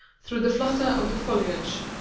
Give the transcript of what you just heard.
through the flutter of the foliage.